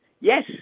yes